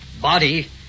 body